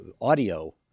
audio